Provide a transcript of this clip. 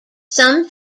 some